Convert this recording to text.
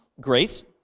grace